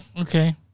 Okay